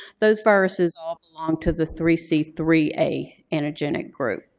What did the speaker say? those viruses all belong to the three c three a antigenic group.